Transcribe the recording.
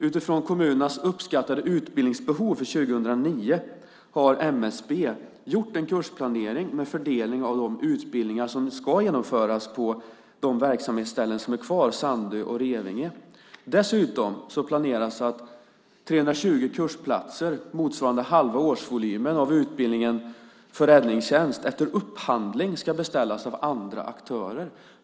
Utifrån kommunernas uppskattade utbildningsbehov för år 2009 har MSB gjort en kursplanering med fördelning av de utbildningar som ska genomföras på de verksamhetsställen som är kvar, Sandö och Revinge. Dessutom planeras att 320 kursplatser, motsvarande halva årsvolymen av utbildning för räddningstjänst, efter upphandling ska beställas av andra aktörer.